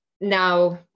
now